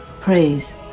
praise